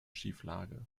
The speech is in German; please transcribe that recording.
schieflage